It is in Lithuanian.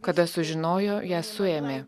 kada sužinojo ją suėmė